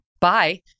Bye